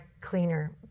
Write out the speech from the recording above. cleaner